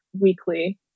weekly